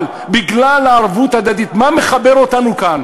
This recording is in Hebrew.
אבל בגלל הערבות ההדדית, מה מחבר אותנו כאן?